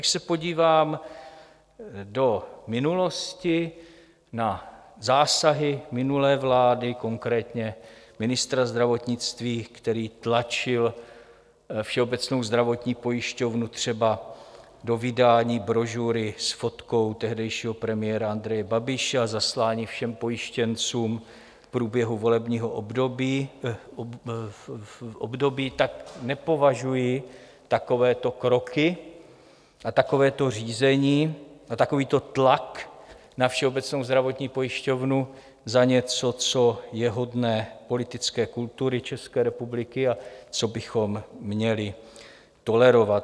A když se podívám do minulosti na zásahy minulé vlády, konkrétně ministra zdravotnictví, který tlačil Všeobecnou zdravotní pojišťovnu třeba do vydání brožury s fotkou tehdejšího premiéra Andreje Babiše a zaslání všem pojištěncům v průběhu volebního období, nepovažuji takovéto kroky a takovéto řízení a takovýto tlak na Všeobecnou zdravotní pojišťovnu za něco, co je hodné politické kultury České republiky a co bychom měli tolerovat.